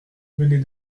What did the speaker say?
venait